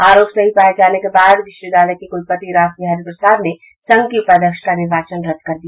आरोप सही पाये जाने के बाद विश्वविद्यालय के कुलपति रासबिहारी प्रसाद ने संघ की उपाध्यक्ष का निर्वाचन रद्द कर दिया